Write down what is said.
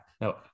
no